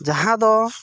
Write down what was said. ᱡᱟᱦᱟᱸ ᱫᱚ